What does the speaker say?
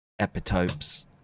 epitopes